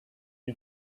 you